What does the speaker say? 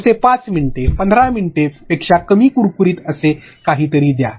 जसे 5 मिनिटे 15 मिनिटापेक्षा कमी कुरकुरीत असे काहीतरी करा